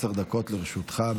עשר דקות לרשותך.